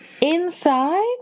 Inside